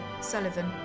Sullivan